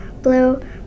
blue